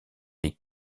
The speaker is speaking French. les